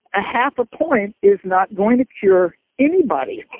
a half a point is not going to cure anybody